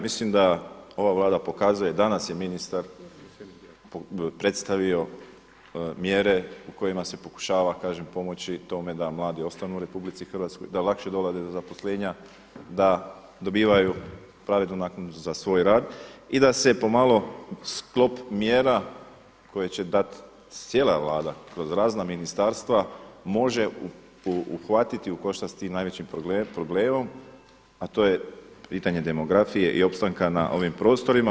Mislim da ova Vlada pokazuje, danas je ministar predstavio mjere u kojima se pokušava pomoći tome da mladi ostanu u RH, da lakše dolaze do zaposlenja, da dobivaju pravednu naknadu za svoj rad i da se pomalo sklop mjera koje će dati cijela Vlada kroz razna ministarstva može uhvatiti u koštac sa tim najvećim problemom a to je pitanje demografije i opstanka na ovim prostorima.